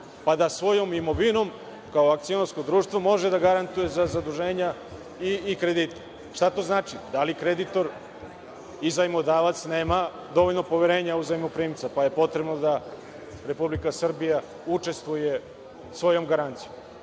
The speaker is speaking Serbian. pa da svojom imovinom kao akcionarsko društvo može da garantuje za zaduženja i kredite, šta to znači? Da li kreditor i zajmodavac nema dovoljno poverenja u zajmoprimca, pa je potrebno da Republika Srbija učestvuje svojom garancijom? Vi